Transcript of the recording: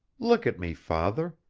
look at me, father.